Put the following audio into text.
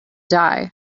die